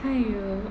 !aiyo!